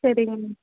சரிங்க மேம்